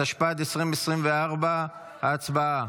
התשפ"ד 2024. הצבעה.